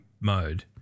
mode